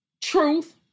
truth